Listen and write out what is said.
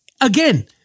again